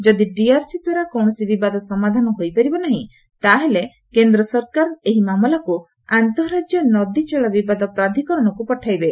ଯଦି ଡିଆର୍ସିଦ୍ୱାରା କୌଣସି ବିବାଦ ସମାଧାନ ହୋଇପାରିବ ନାହିଁ ତା'ହେଲେ କେନ୍ଦ୍ର ସରକାର ଏହି ମାମଲାକୁ ଆନ୍ତଃରାଜ୍ୟ ନଦୀକଳ ବିବାଦ ପ୍ରାଧକରଣକୁ ପଠାଇବେ